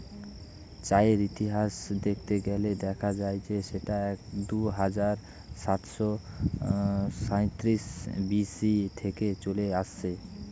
চায়ের ইতিহাস দেখতে গেলে দেখা যায় যে সেটা দুহাজার সাতশো সাঁইত্রিশ বি.সি থেকে চলে আসছে